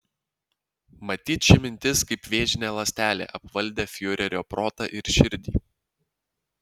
matyt ši mintis kaip vėžinė ląstelė apvaldė fiurerio protą ir širdį